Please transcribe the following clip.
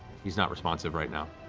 he's not responsive right now.